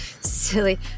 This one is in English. Silly